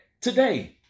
today